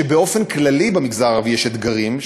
באופן כללי במגזר הערבי יש אתגרים,